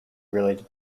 related